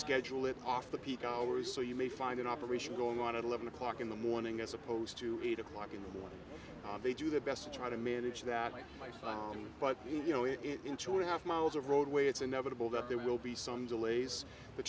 schedule it off the peak hours so you may find an operation going on at eleven o'clock in the morning as opposed to eight o'clock in the morning they do their best to try to manage that life but you know it into a half miles of roadway it's inevitable that there will be some delays the